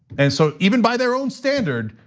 and so even by their own standard,